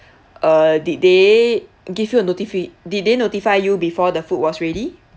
uh did they give you a notifi~ did they notify you before the food was ready